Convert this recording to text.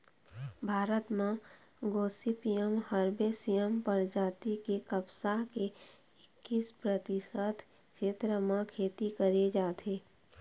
भारत म gossypium herbaceum परजाति के कपसा के एक्कीस परतिसत छेत्र म खेती करे जाथे